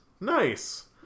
Nice